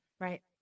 Right